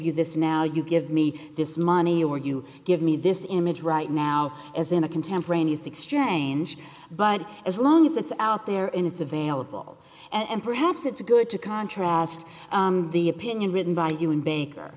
you this now you give me this money or you give me this image right now as in a contemporaneous exchange but as long as it's out there in it's available and perhaps it's good to contrast the opinion written by you in baker